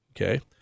okay